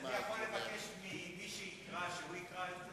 אני יכול לבקש ממי שקרא שהוא יקרא את זה?